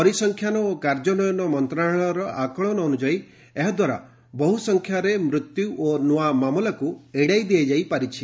ପରିସଂଖ୍ୟାନ ଓ କାର୍ଯ୍ୟାନ୍ୱୟନ ମନ୍ତ୍ରଣାଳୟର ଆକଳନ ଅନୁଯାୟୀ ଏହା ଦ୍ୱାରା ବହୁସଂଖ୍ୟାର ମୃତ୍ୟୁ ଓ ନୂଆ ମାମଲାକୁ ଏଡ଼ାଇ ଦିଆଯାଇ ପାରିଛି